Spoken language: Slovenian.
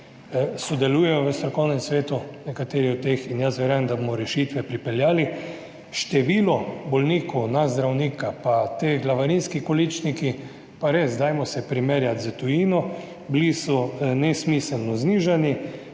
sodelujejo v strokovnem svetu, nekateri od teh, in jaz verjamem, da bomo pripeljali rešitve. Število bolnikov na zdravnika in ti glavarinski količniki, res, dajmo se primerjati s tujino, bili so nesmiselno znižani,